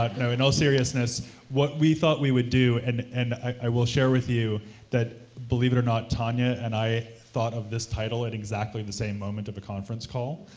no, in all seriousness, what we thought we would do, and and i will share with you that, believe it or not, tanya and i thought of this title at exactly the same moment of the conference call,